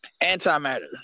Antimatter